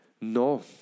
no